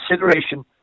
consideration